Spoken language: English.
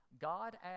God